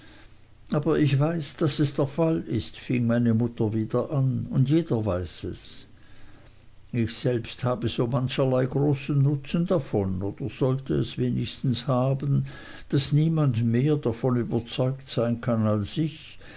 aber ich weiß daß es der fall ist fing meine mutter wieder an und jeder weiß es ich selbst habe so mancherlei großen nutzen davon oder sollte es wenigstens haben daß niemand mehr davon überzeugt sein kann als ich